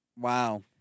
Wow